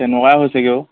তেনেকুৱা হৈছেগে আৰু